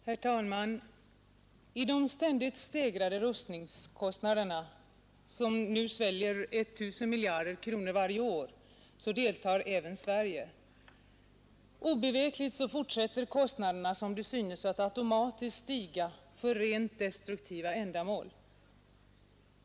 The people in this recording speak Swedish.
Herr talman! I de ständigt stegrade rustningskostnaderna, som nu sväljer 1 000 miljarder kronor varje år, deltar även Sverige. Obevekligt fortsätter kostnaderna, som det synes, att automatiskt stiga för rent destruktiva ändamål.